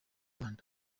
rwanda